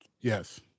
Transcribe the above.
Yes